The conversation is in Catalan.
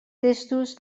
testos